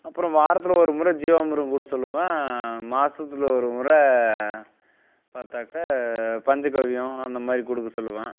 அப்புறம் வாரத்தில் ஒரு முறை ஜீவாமிர்தம் கொடுக்க சொல்லுவேன் மாசத்தில் ஒரு முறை பார்த்தாக்கா பஞ்சகவ்யம் அந்த மாதிரி கொடுக்க சொல்லுவேன்